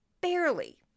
barely